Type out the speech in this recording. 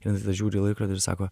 juozas žiūri į laikrodį ir sako